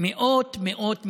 מאות מאות מיליארדים,